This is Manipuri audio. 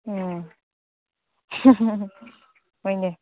ꯎꯝ ꯍꯣꯏꯅꯦ